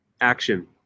Action